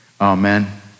Amen